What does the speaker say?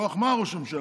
מכוח מה הוא ראש ממשלה?